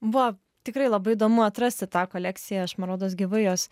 va tikrai labai įdomu atrasti tą kolekciją aš man rodos gyvai jos